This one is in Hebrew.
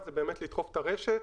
פחות רצות.